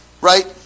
right